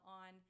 on